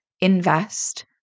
invest